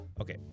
Okay